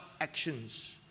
actions